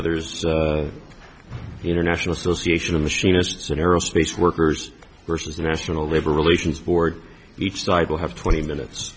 others the international association of machinists and aerospace workers versus the national labor relations board each side will have twenty minutes